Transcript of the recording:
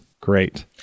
Great